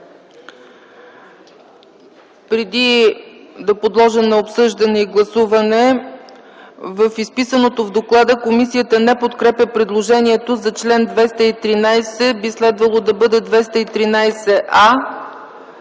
Преди да подложа на обсъждане и гласуване, в изписаното в доклада комисията не подкрепя предложението за чл. 213 – би следвало да бъде чл.